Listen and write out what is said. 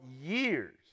years